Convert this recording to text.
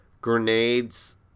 grenades